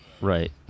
Right